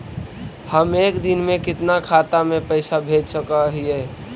हम एक दिन में कितना खाता में पैसा भेज सक हिय?